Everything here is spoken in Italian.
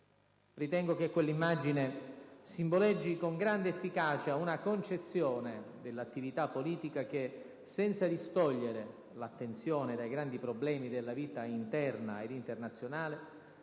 Ritengo che quell'immagine simboleggi con grande efficacia una concezione dell'attività politica che, senza distogliere l'attenzione dai grandi problemi della vita interna ed internazionale,